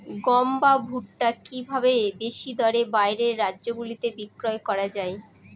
গম বা ভুট্ট কি ভাবে বেশি দরে বাইরের রাজ্যগুলিতে বিক্রয় করা য়ায়?